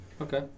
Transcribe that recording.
Okay